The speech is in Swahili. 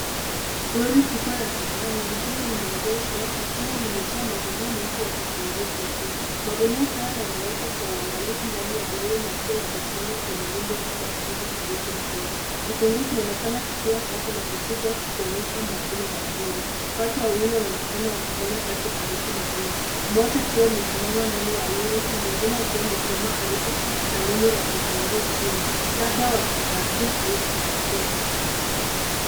Lori kubwa la kijani likiwa limeegeshwa likiwa limejaa magunia mengi ya vitunguu vyekundu. Magunia haya yamewekwa kwa uangalifu ndani ya lori na pia yamepangwa kwenye rundo kubwa chini karibu na lori. Vitunguu vinaonekana vikiwa safi na kubwa vikionyesha mavuno mazuri. Watu wawili wanaonekana wakifanya kazi karibu na lori, mmoja akiwa amesimama ndani ya lori na mwengine akiwa amesimama karibu na rundo la vitunguu chini labda wakipakia au kupakua.